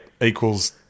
equals